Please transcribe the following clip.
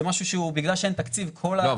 זה משהו שבגלל שאין תקציב --- לא,